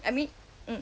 I mean mm